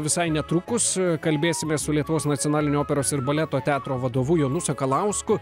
visai netrukus kalbėsimės su lietuvos nacionalinio operos ir baleto teatro vadovu jonu sakalausku